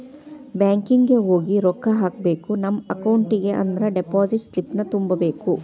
banking ಹೋಗಿ ರೊಕ್ಕ ಹಾಕ್ಕೋಬೇಕ್ ನಮ ಅಕೌಂಟಿಗಿ ಅಂದ್ರ ಡೆಪಾಸಿಟ್ ಸ್ಲಿಪ್ನ ತುಂಬಬೇಕ್